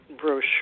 brochure